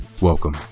welcome